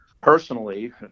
personally